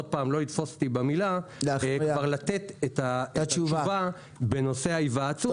לא לתפוס אותי במילה לתת את התשובה בנושא ההיוועצות.